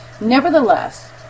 nevertheless